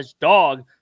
dog